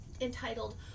entitled